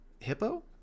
hippo